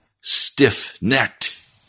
stiff-necked